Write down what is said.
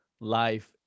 life